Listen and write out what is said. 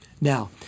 Now